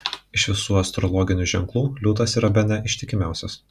iš visų astrologinių ženklų liūtas yra bene ištikimiausias